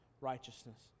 righteousness